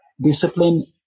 discipline